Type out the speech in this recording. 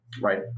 Right